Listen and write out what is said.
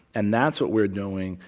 and that's what we're doing.